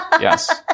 Yes